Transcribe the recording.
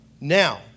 Now